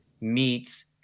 meets